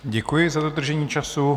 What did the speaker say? Děkuji za dodržení času.